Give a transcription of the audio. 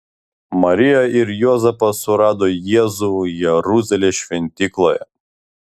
marija ir juozapas surado jėzų jeruzalės šventykloje